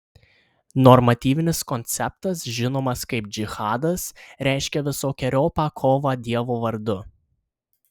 normatyvinis konceptas žinomas kaip džihadas reiškia visokeriopą kovą dievo vardu